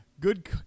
Good